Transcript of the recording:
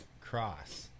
cross